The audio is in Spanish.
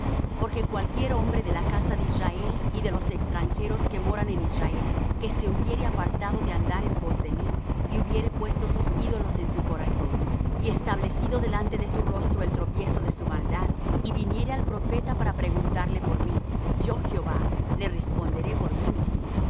porque cualquier hombre de la casa de israel y de los extranjeros que moran en israel que se hubiere apartado de andar en pos de mí y hubiere puesto sus ídolos en su corazón y establecido delante de su rostro el tropiezo de su maldad y viniere al profeta para preguntarle por mí yo jehová le responderé por mí mismo